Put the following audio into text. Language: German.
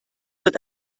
wird